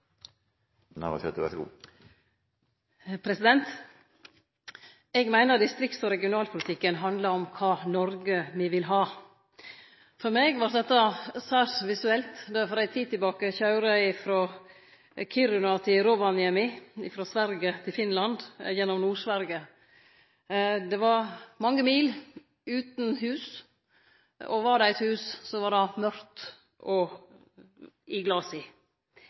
regionalpolitikken handlar om kva Noreg me vil ha. For meg vart dette særs visuelt då eg for ei tid tilbake køyrde frå Kiruna til Rovaniemi, frå Sverige til Finland gjennom Nord-Sverige. Det var mange mil utan hus, og var det eit hus, var det mørkt i glasa. Kontrasten er stor når ein køyrer rundt i